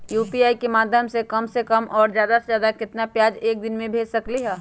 UPI के माध्यम से हम कम से कम और ज्यादा से ज्यादा केतना पैसा एक दिन में भेज सकलियै ह?